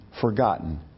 forgotten